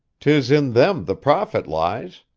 tis in them the profit lies.